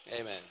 Amen